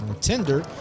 tender